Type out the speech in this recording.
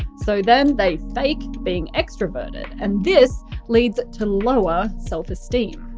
so then they fake being extraverted, and this leads to lower self-esteem.